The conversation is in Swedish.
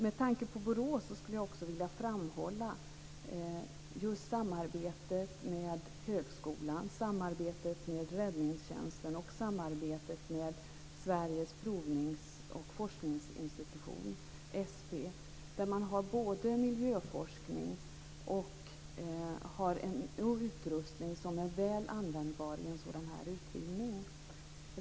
Med tanke på Borås skulle jag också vilja framhålla samarbetet med högskolan, med räddningstjänsten och samarbetet med Sveriges Provnings och Forskningsinstitut, SP, där man har både miljöforskning och en utrustning som är väl användbar i en sådan här utbildning.